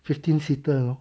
fifteen seater